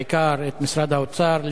בעיקר את משרד האוצר,